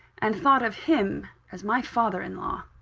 and thought of him as my father-in-law!